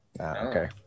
Okay